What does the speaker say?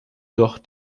doch